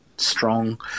strong